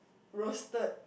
roasted